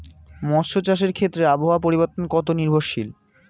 মৎস্য চাষের ক্ষেত্রে আবহাওয়া পরিবর্তন কত নির্ভরশীল?